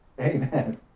Amen